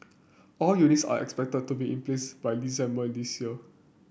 all units are expected to be in place by December this year